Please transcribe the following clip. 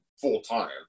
full-time